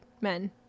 men